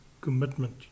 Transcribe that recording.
commitment